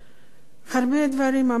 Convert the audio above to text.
הרבה דברים אמרו היום,